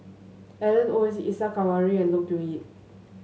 Alan Oei Isa Kamari and Look Yan Kit